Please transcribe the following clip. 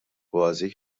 kważi